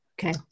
okay